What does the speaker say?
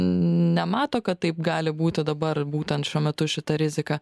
nemato kad taip gali būti dabar būtent šiuo metu šita rizika